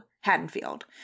Haddonfield